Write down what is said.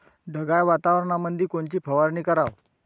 ढगाळ वातावरणामंदी कोनची फवारनी कराव?